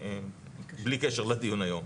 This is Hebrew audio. בלי קשר לדיון היום,